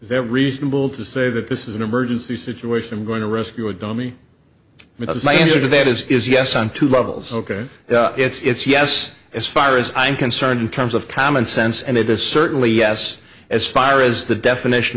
that reasonable to say that this is an emergency situation i'm going to rescue a dummy because my answer to that is is yes on two levels ok it's yes as far as i'm concerned in terms of common sense and it is certainly yes as far as the definition